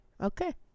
Okay